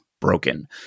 broken